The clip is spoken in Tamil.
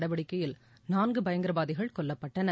நடவடிக்கையில் நான்கு பயங்கரவாதிகள் கொல்லப்பட்டனர்